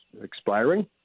expiring